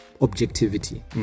objectivity